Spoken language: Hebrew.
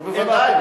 נו בוודאי,